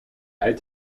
uit